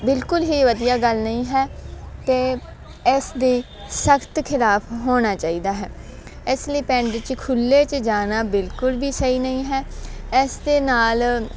ਬਿਲਕੁਲ ਹੀ ਵਧੀਆ ਗੱਲ ਨਹੀਂ ਹੈ ਅਤੇ ਇਸ ਦੇ ਸਖਤ ਖਿਲਾਫ ਹੋਣਾ ਚਾਹੀਦਾ ਹੈ ਇਸ ਲਈ ਪਿੰਡ 'ਚ ਖੁੱਲੇ 'ਚ ਜਾਣਾ ਬਿਲਕੁਲ ਵੀ ਸਹੀ ਨਹੀਂ ਹੈ ਇਸ ਦੇ ਨਾਲ